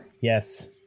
Yes